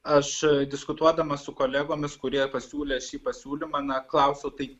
aš diskutuodamas su kolegomis kurie pasiūlė šį pasiūlymą na klausiau tai